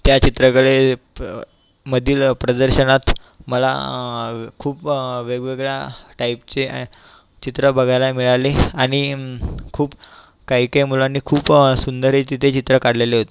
त्या चित्रकलेत मधील प्रदर्शनात मला खूप वेगवेगळ्या टाईपचे चित्रं बघायला मिळाले आणि खूप काही काही मुलांनी खूप सुंदर हे तिथे चित्र हे काढलेले होते